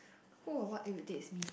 who or what irritates me